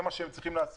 זה מה שהם צריכים לעשות.